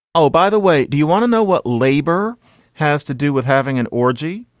oh, by the way, do you want to know what labor has to do with having an orgy?